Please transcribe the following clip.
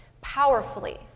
powerfully